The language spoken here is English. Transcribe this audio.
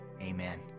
amen